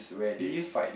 it used